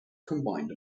combined